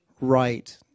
Right